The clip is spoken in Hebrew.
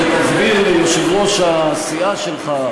שתסביר ליושב-ראש הסיעה שלך,